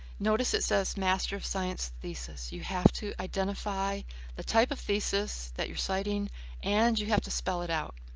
notice it says master of science thesis. you have to identify the type of thesis that you're citing and you have to spell it out.